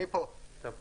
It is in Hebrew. שלום לכולם.